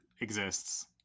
exists